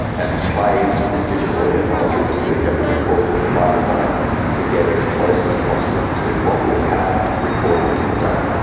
and played this digital audio file through the speaker and recorded it with a microphone to get as close as possible to what would have happened recording it in the day.